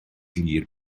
glir